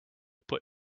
put